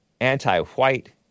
anti-white